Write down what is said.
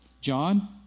John